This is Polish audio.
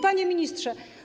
Panie Ministrze!